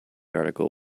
article